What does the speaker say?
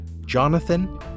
Jonathan